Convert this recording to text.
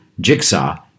jigsaw